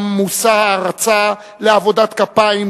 היו גם מושא הערצה לעבודת כפיים,